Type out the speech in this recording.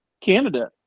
candidate